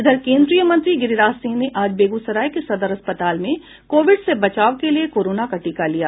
इधर केन्द्रीय मंत्री गिरिराज सिंह ने आज बेगूसराय के सदर अस्पताल में कोविड से बचाव के लिए कोरोना का टीका लिया